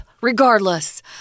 regardless